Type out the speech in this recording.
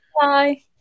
Bye